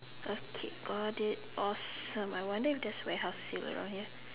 okay got it awesome I wonder if there's warehouse sale around here